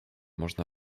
można